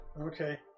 okay